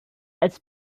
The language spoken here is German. als